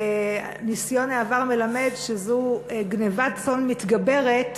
וניסיון העבר מלמד שזאת גנבת צאן מתגברת,